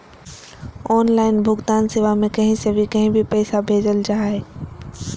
online भुगतान सेवा में कही से भी कही भी पैसा भेजल जा हइ